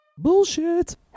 bullshit